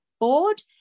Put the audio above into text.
Board